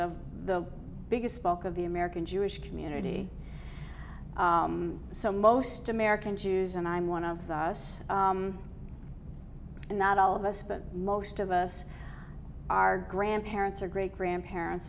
of the biggest bulk of the american jewish community so most american jews and i'm one of us and not all of us but most of us our grandparents or great grandparents